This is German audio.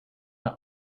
der